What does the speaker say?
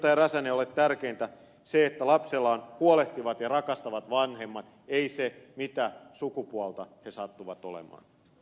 räsänen ole tärkeintä se että lapsella on huolehtivat ja rakastavat vanhemmat ei se mitä sukupuolta he sattuvat olemaan